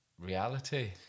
reality